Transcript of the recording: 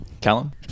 callum